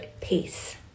peace